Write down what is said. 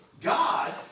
God